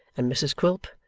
and mrs quilp,